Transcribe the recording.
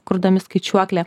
kurdami skaičiuoklę